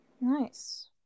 Nice